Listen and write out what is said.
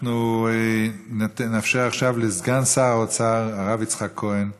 אנחנו נאפשר עכשיו לסגן שר האוצר הרב יצחק כהן להשיב,